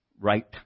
right